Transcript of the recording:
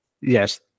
Yes